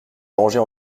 arranger